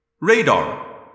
Radar